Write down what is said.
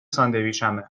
ساندویچمه